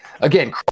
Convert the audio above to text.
Again